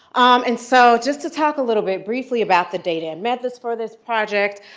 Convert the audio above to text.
and so just to talk a little bit briefly about the data and methods for this project,